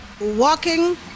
walking